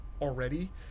already